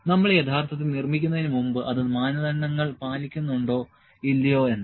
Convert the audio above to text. നമ്മൾ യഥാർത്ഥത്തിൽ നിർമ്മിക്കുന്നതിന് മുമ്പ് അത് മാനദണ്ഡങ്ങൾ പാലിക്കുന്നുണ്ടോ ഇല്ലയോ എന്ന്